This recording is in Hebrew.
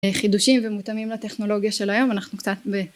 חידושים ומותאמים לטכנולוגיה של היום אנחנו קצת